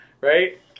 right